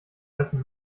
alten